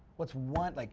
what's one, like,